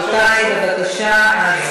במליאה, אוקיי.